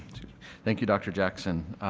thank you, dr. jackson.